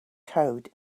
code